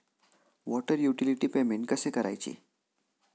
Water utility payment कसे करायचे?